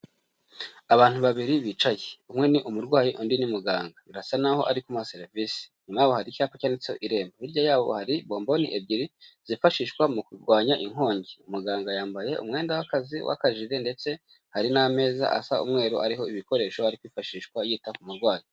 Abantu babiri bicaye, umwe ni umurwayi undi ni muganga birasa naho ari kumuha serivis,i inyuma yaho hari icyapa cyanditseho irembo, hirya yaho hari bomboni ebyiri zifashishwa mu kurwanya inkongi, muganga yambaye umwenda w'akazi w'akajire ndetse hari n'ameza asa umweru ariho ibikoresho ari kwifashishwa yita ku murwayi.